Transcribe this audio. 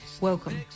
welcome